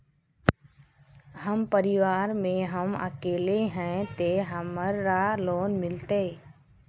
हम परिवार में हम अकेले है ते हमरा लोन मिलते?